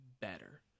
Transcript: better